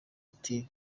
ati